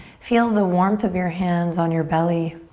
feel the warmth of your hands on your belly.